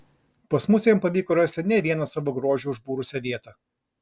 pas mus jam pavyko rasti ne vieną savo grožiu užbūrusią vietą